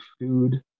food